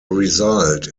result